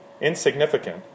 insignificant